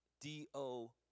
D-O